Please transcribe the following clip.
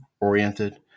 oriented